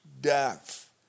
death